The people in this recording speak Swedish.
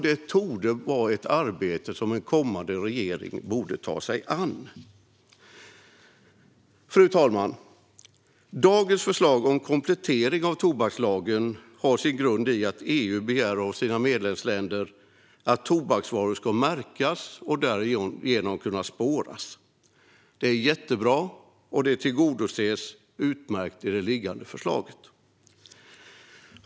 Det är ett arbete som en kommande regering borde ta sig an. Fru talman! Förslaget om komplettering av tobakslagen har sin grund i att EU begär av medlemsländerna att tobaksvaror ska märkas och därigenom kunna spåras. Det är jättebra, och det tillgodoses på ett utmärkt sätt i det liggande förslaget.